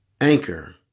Anchor